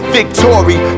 victory